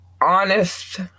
honest